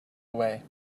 away